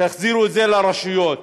תחזירו את זה לרשויות.